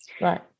Right